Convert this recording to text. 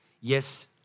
Yes